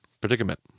predicament